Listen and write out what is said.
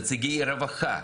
נציגי רווחה.